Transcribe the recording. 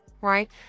right